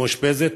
מאושפזת.